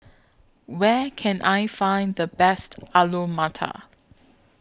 Where Can I Find The Best Alu Matar